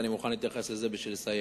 ואני מוכן להתייחס לזה בשביל לסיים.